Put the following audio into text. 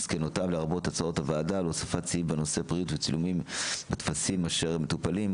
מסקנותיו לרבות מסקנות הוועדה לגבי הוספת סעיף בטפסים אשר מטופלים,